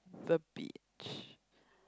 the beach